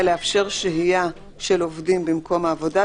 לאפשר שהייה של עובדים במקום העבודה,